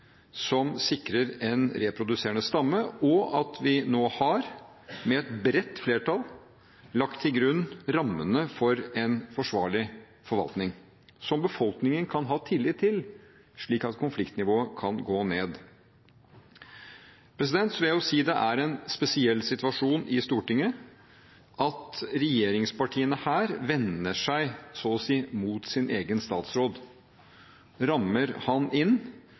som sikrer en reproduserende stamme, og at vi med et bredt flertall nå har lagt til grunn rammene for en forsvarlig forvaltning, som befolkningen kan ha tillit til, slik at konfliktnivået kan gå ned. Det er en spesiell situasjon i Stortinget at regjeringspartiene så å si vender seg mot sin egen statsråd, rammer ham inn